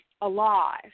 alive